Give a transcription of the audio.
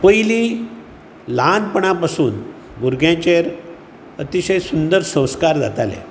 पयली ल्हानपणां पसून भुरग्यांचेर अतिशय सुंदर संस्कार जाताले